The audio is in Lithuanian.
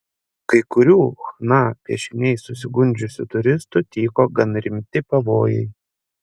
kai kurių chna piešiniais susigundžiusių turistų tyko gan rimti pavojai